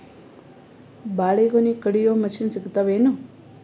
ಬಾಳಿಗೊನಿ ಕಡಿಯು ಮಷಿನ್ ಸಿಗತವೇನು?